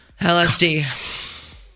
LSD